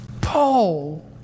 Paul